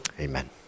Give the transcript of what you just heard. amen